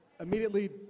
immediately